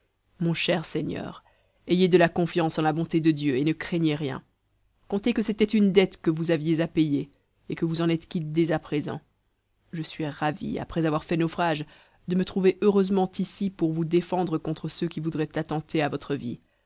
mon cher seigneur ayez de la confiance en la bonté de dieu et ne craignez rien comptez que c'était une dette que vous aviez à payer et que vous en êtes quitte dès à présent je suis ravi après avoir fait naufrage de me trouver heureusement ici pour vous défendre contre ceux qui voudraient attenter à votre vie